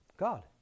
God